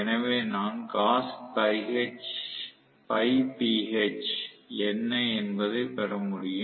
எனவே நான் என்ன என்பதை பெற முடியும்